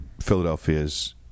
Philadelphia's